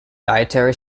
dietary